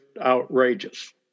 outrageous